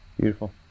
Beautiful